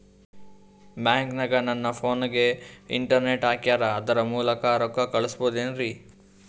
ಬ್ಯಾಂಕನಗ ನನ್ನ ಫೋನಗೆ ಇಂಟರ್ನೆಟ್ ಹಾಕ್ಯಾರ ಅದರ ಮೂಲಕ ರೊಕ್ಕ ಹಾಕಬಹುದೇನ್ರಿ?